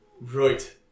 Right